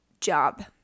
job